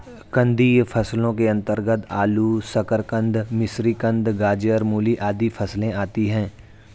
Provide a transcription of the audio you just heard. कंदीय फसलों के अंतर्गत आलू, शकरकंद, मिश्रीकंद, गाजर, मूली आदि फसलें आती हैं